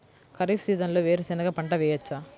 ఖరీఫ్ సీజన్లో వేరు శెనగ పంట వేయచ్చా?